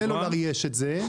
בסלולר זה קיים,